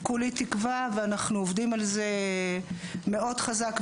כולי תקווה, ואנחנו עובדים על זה מאוד חזק.